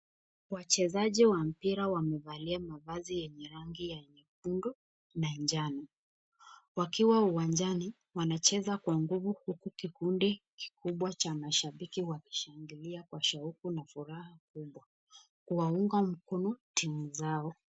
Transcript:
Wachezaji wa mpira wamevalia mvazi yenye rangi ya nyekundu na njano, wakiwa uwanjani, wanacheza kwa nguvu, huku kikundi kikubwa cha mashabiki wakishangilia kwa shauku na furaha kubwa, kuwaunga mkono timu zao.